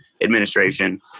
administration